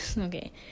Okay